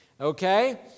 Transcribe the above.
Okay